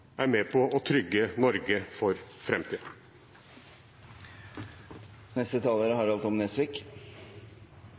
er med på å trygge Norge for